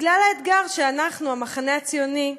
בגלל האתגר שאנחנו, המחנה הציוני,